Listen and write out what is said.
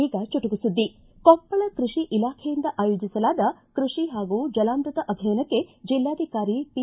ಈಗ ಚುಟುಕು ಸುದ್ದಿ ಕೊಪ್ಪಳ ಕೃಷಿ ಇಲಾಖೆಯಿಂದ ಆಯೋಜಿಸಲಾದ ಕೃಷಿ ಹಾಗೂ ಜಲಾಮೃತ ಅಭಿಯಾನಕ್ಕೆ ಜಿಲ್ಲಾಧಿಕಾರಿ ಪಿ